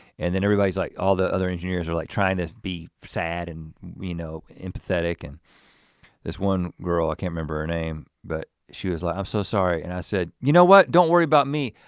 and then everybody's like, all the other engineers are like trying to be sad, and we know in pathetic and this one girl, i can't remember her name, but she was like, i'm so sorry. and i said, you know what, don't worry about me.